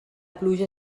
pluja